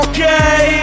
Okay